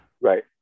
Right